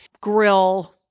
grill